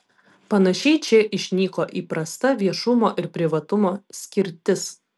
panašiai čia išnyko įprasta viešumo ir privatumo skirtis